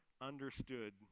understood